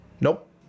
Nope